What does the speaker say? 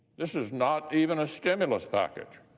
this is not even a stimulus package